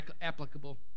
applicable